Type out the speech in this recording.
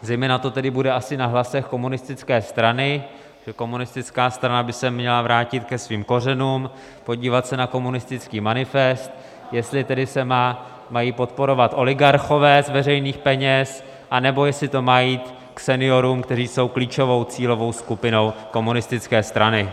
Zejména to tedy bude na hlasech komunistické strany, takže komunistická strana by se měla vrátit ke svým kořenům, podívat se na Komunistický manifest, jestli se tedy mají podporovat oligarchové z veřejných peněz, anebo jestli to má jít k seniorům, kteří jsou klíčovou cílovou skupinou komunistické strany.